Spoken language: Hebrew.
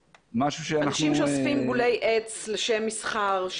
אנשים שאוספים בולי עץ לשם מסחר,